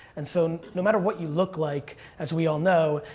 and so, no matter what you look like, as we all know,